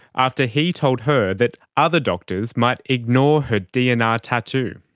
after he told her that other doctors might ignore her dnr tattoo.